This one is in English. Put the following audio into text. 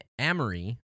Amory